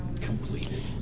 completed